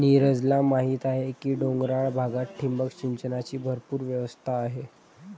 नीरजला माहीत आहे की डोंगराळ भागात ठिबक सिंचनाची भरपूर व्यवस्था आहे